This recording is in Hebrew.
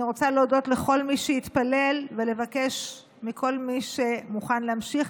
אני רוצה להודות לכל מי שהתפלל ולבקש מכל מי שמוכן להמשיך